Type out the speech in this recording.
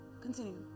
Continue